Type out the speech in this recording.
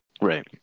Right